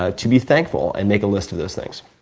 ah to be thankful, and make a list of those things.